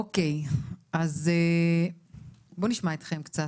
אוקי, בואו נשמע אתכם קצת.